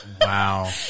Wow